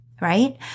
Right